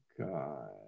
God